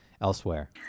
elsewhere